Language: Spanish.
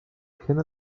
ajena